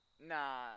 Nah